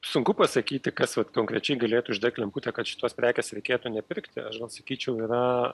sunku pasakyti kas vat konkrečiai galėtų uždegt lemputę kad šitos prekės reikėtų nepirkti aš gal sakyčiau yra